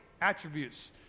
attributes